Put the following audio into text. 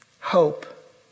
hope